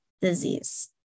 disease